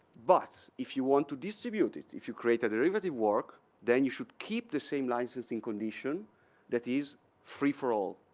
but if you want to distribute it, if you create derivative work, then you should keep the same licensing condition that is free for all.